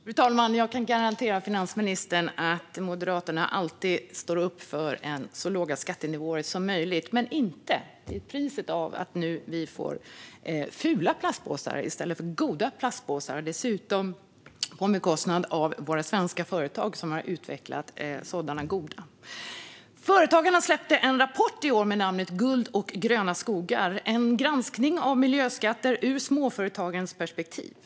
Fru talman! Jag kan garantera finansministern att Moderaterna alltid står upp för så låga skattenivåer som möjligt - men inte till priset av att vi nu får fula plastpåsar i stället för goda plastpåsar, och dessutom på bekostnad av våra svenska företag som har utvecklat sådana goda plastpåsar. Företagarna släppte en rapport i år med namnet Guld och gröna skatter - en granskning av miljöskatter ur småföretagens perspektiv.